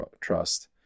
Trust